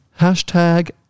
Hashtag